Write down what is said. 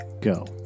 go